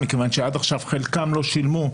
מכיוון שעד עכשיו חלקם לא שילמו,